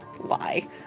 lie